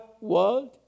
world